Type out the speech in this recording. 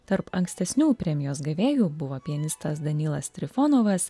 tarp ankstesnių premijos gavėjų buvo pianistas danylas trifonovas